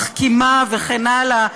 מחכימה וכן הלאה,